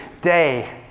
day